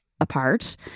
apart